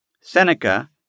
Seneca